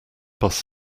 bus